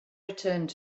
returned